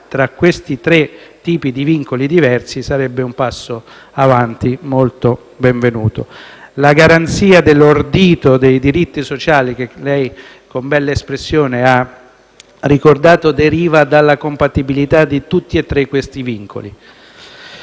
tra questi tre tipi di vincoli diversi sarebbe un passo avanti molto benvenuto. La garanzia dell'ordito dei diritti sociali - che lei con bella espressione ha ricordato - deriva dalla compatibilità di tutti e tre questi vincoli.